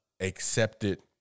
accepted